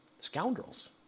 Scoundrels